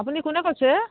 আপুনি কোনে কৈছে